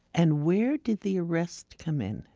and where did the arrest come in?